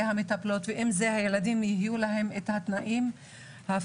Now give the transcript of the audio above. המטפלות ואם אלה הילדים יהיו להם את התנאים הפיזיים,